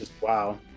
wow